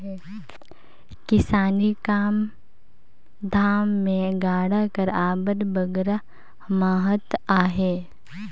किसानी काम धाम मे गाड़ा कर अब्बड़ बगरा महत अहे